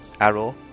arrow